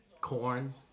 corn